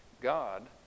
God